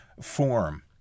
form